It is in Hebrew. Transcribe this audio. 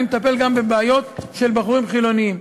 אני מטפל גם בבעיות של בחורים חילונים,